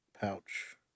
pouch